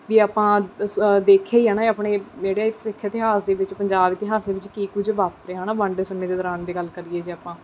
ਵੀ ਆਪਾਂ ਸ ਦੇਖਿਆ ਹੀ ਹੈ ਨਾ ਆਪਣੇ ਜਿਹੜੇ ਸਿੱਖ ਇਤਿਹਾਸ ਦੇ ਵਿੱਚ ਪੰਜਾਬ ਇਤਿਹਾਸ ਦੇ ਵਿੱਚ ਕੀ ਕੁਝ ਵਾਪਰਿਆ ਹੈ ਨਾ ਵੰਡ ਦੇ ਸਮੇਂ ਦੇ ਦੌਰਾਨ ਦੀ ਗੱਲ ਕਰੀਏ ਜੇ ਆਪਾਂ